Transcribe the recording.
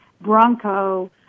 bronco